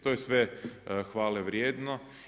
To je sve hvale vrijedno.